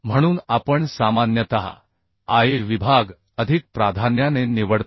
म्हणून आपण सामान्यतः आय विभाग अधिक प्राधान्याने निवडतो